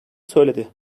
söyledi